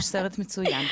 הוא סרט מצוין.